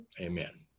amen